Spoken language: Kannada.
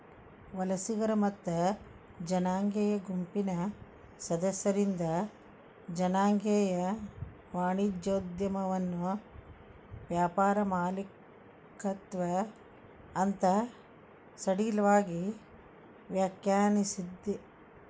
ವಲಸಿಗರ ಮತ್ತ ಜನಾಂಗೇಯ ಗುಂಪಿನ್ ಸದಸ್ಯರಿಂದ್ ಜನಾಂಗೇಯ ವಾಣಿಜ್ಯೋದ್ಯಮವನ್ನ ವ್ಯಾಪಾರ ಮಾಲೇಕತ್ವ ಅಂತ್ ಸಡಿಲವಾಗಿ ವ್ಯಾಖ್ಯಾನಿಸೇದ್